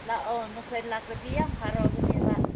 ꯂꯥꯛꯑꯣ ꯅꯈꯣꯏ ꯂꯥꯛꯄꯗꯤ ꯌꯥꯝ ꯍꯔꯥꯎꯒꯅꯦꯕ